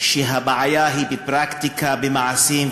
שהבעיה היא בפרקטיקה, במעשים.